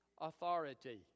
authority